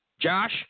Josh